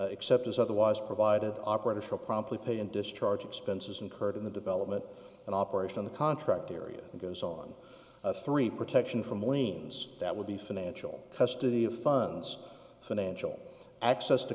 except as otherwise provided operators will promptly pay and discharge expenses incurred in the development and operation of the contract period goes on three protection from liens that would be financial custody of funds financial access to